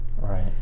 Right